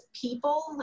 people